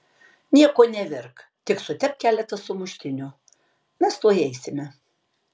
nieko nevirk tik sutepk keletą sumuštinių mes tuoj eisime